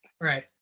Right